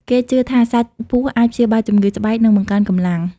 គេជឿថាសាច់ពស់អាចព្យាបាលជំងឺស្បែក និងបង្កើនកម្លាំង។